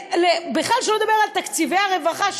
שלא לדבר על תקציבי הרווחה,